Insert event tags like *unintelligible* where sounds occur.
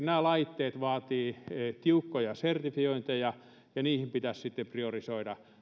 *unintelligible* nämä laitteet vaativat myöskin tiukkoja sertifiointeja ja niihin pitäisi sitten priorisoida